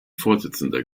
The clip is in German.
vorsitzender